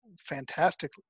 fantastic